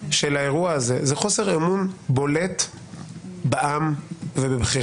של האירוע הזה הוא חוסר אמון בולט בעם ובבחירתו,